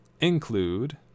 include